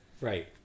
Right